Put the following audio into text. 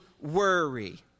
worry